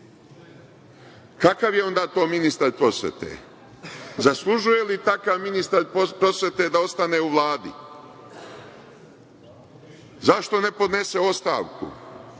je onda to ministar prosvete? Zaslužuje li takav ministar prosvete da ostane u Vladi? Zašto ne podnese ostavku?